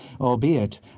albeit